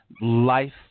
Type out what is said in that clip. life